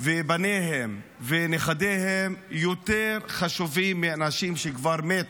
בניהם ונכדיהם, יותר חשובים מאנשים שכבר שמתו,